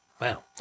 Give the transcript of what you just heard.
Wow